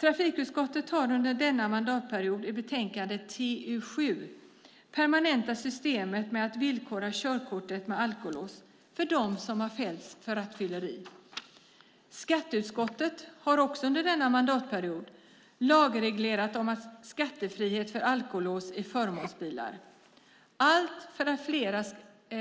Trafikutskottet har under denna mandatperiod i betänkandet TU7 permanentat systemet med att villkora körkortet med alkolås för dem som har fällts för rattfylleri. Skatteutskottet har också under denna mandatperiod lagreglerat om skattefrihet för alkolås i förmånsbilar - allt för att fler